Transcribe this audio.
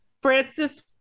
francis